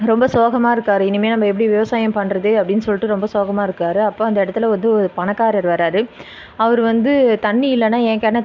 ரொம்ப சோகமாக இருக்கார் இனிமே நம்ப எப்படி விவசாயம் பண்ணுறது அப்படினு சொல்லிட்டு ரொம்ப சோகமாக இருக்கார் அப்போது அந்த இடத்துல வந்து ஒரு பணக்காரர் வரார் அவர் வந்து தண்ணி இல்லைன்னா என் கிணத்